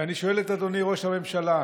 ואני שואל את אדוני ראש הממשלה: